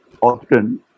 often